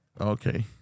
okay